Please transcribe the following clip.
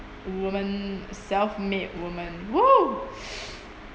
a woman self made woman !whoa!